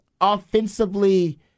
offensively